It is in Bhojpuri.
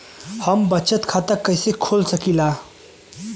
हम बचत खाता कईसे खोल सकिला?